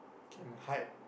can hide